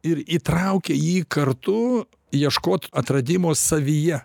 ir įtraukia jį kartu ieškot atradimo savyje